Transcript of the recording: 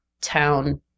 town